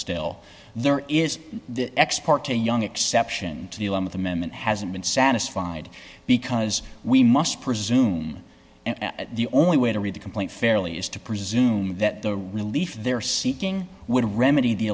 still there is the export to young exception to the law of the moment hasn't been satisfied because we must presume and the only way to read the complaint fairly is to presume that the relief they're seeking would remedy the